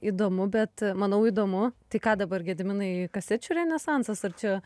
įdomu bet manau įdomu tai ką dabar gediminai kasečių renesansas ar čia